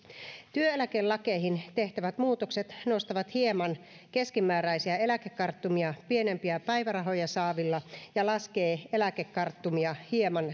työeläkelakeihin tehtävät muutokset nostavat hieman keskimääräisiä eläkekarttumia pienimpiä päivärahoja saavilla ja laskevat eläkekarttumia hieman